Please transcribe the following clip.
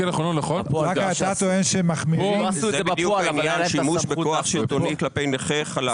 זה בדיוק העניין: שימוש בכוח שלטוני כלפי נכה חלש.